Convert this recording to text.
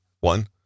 One